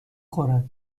خورد